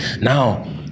now